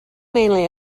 mainly